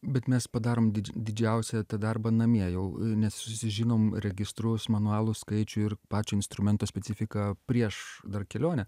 bet mes padarom didžiausią tą darbą namie jau nes susižinom registrus manualus skaičių ir pačio instrumento specifiką prieš kelionę